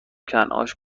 کنکاش